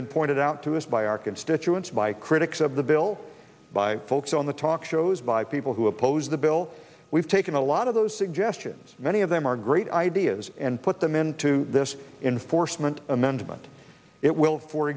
been pointed out to us by our constituents by critics of the bill by folks on the talk shows by people who oppose the bill we've taken a lot of those suggestions many of them are great ideas and put them into this in force meant amendment it will for